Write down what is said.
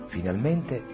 Finalmente